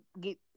get